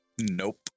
Nope